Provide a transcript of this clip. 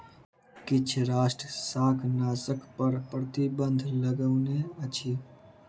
किछ राष्ट्र शाकनाशक पर प्रतिबन्ध लगौने अछि